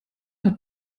hat